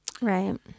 Right